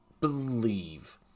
believe